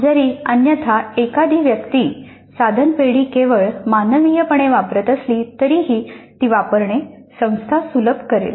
जरी अन्यथा एखादी व्यक्ती साधन पेढी केवळ मानवीयपणे वापरत असली तरीही ती वापरणे संस्था सुलभ करेल